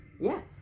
Yes